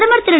பிரதமர் திரு